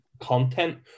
content